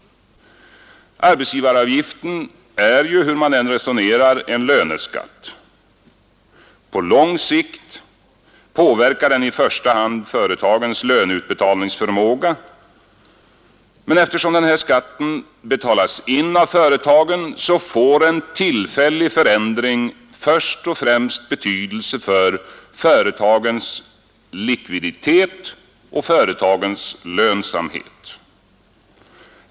Arbetsgivaravgiften är ju, hur man än resonerar, en löneskatt. På lång sikt påverkar den i första hand företagens löneutbetalningsförmåga. Men eftersom den här skatten betalas in av företagen får en tillfällig förändring först och främst betydelse för företagens likviditet och lönsamhet.